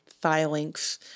thigh-length